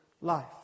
life